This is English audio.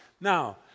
Now